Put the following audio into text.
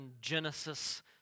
Genesis